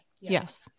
yes